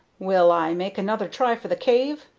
will i make another try for the cave?